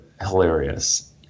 hilarious